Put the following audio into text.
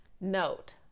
Note